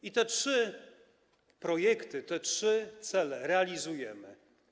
I te trzy projekty, te trzy cele realizujemy.